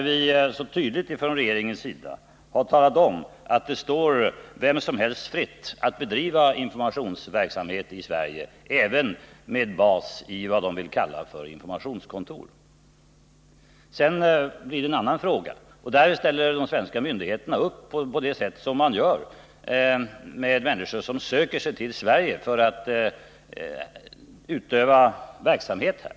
Vi har ju från regeringens sida tydligt talat om att det står vem som helst fritt att bedriva informationsverksamhet i Sverige — även med bas i vad de vill kalla informationskontor. Och där ställer de svenska myndigheterna upp på det sätt som man gör med människor som söker sig till Sverige för att utöva verksamhet här.